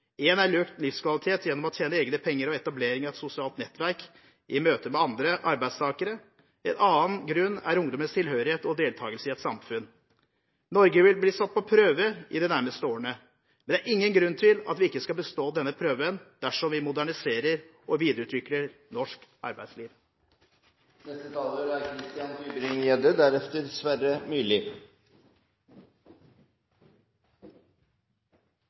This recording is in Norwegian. én er økt livskvalitet gjennom å tjene egne penger og etablering av et sosialt nettverk i møte med andre arbeidstakere. En annen grunn er ungdommens tilhørighet og deltakelse i et samfunn. Norge vil bli satt på prøve i de nærmeste årene, men det er ingen grunn til at vi ikke skal bestå denne prøven dersom vi moderniserer og videreutvikler norsk